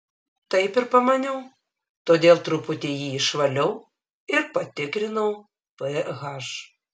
taip ir pamaniau todėl truputį jį išvaliau ir patikrinau ph